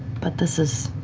but this is